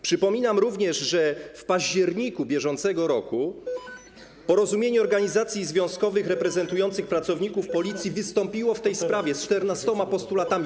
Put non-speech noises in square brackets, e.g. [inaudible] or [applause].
Przypominam również, że w październiku br. [noise] Porozumienie Organizacji Związkowych Reprezentujących Pracowników Policji wystąpiło w tej sprawie z 14 postulatami.